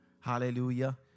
Hallelujah